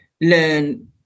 learn